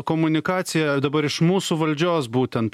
komunikaciją dabar iš mūsų valdžios būtent